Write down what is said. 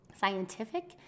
scientific